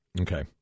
Okay